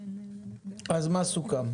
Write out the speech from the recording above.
אז מה סוכם?